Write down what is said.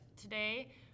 today